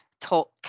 talk